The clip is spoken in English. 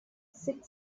sixth